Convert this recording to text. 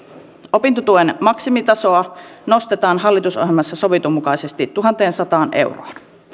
opintotuen maksimitasoa nostetaan hallitusohjelmassa sovitun mukaisesti tuhanteensataan euroon